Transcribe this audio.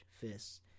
fists